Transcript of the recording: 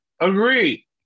Agree